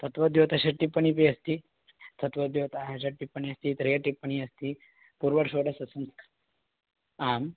तत्त्वद्योतषट्टिप्पणीपि अस्ति तत्त्वोद्योतः षट्टिप्पणी अस्ति त्रयः टिप्पणी अस्ति पूर्वाषोडषसं आं